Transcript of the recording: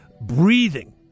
Breathing